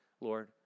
Lord